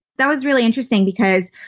that was really interesting because,